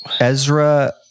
Ezra